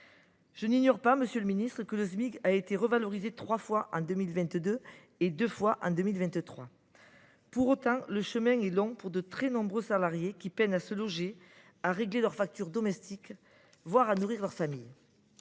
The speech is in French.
Je n’ignore pas, monsieur le ministre, que le Smic a été revalorisé par trois fois en 2022 et par deux fois en 2023. Toutefois, le chemin est long pour de très nombreux salariés, qui peinent à se loger, à régler leurs factures domestiques, voire à nourrir leur famille.